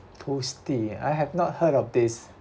toasty I have not heard of this